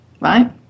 right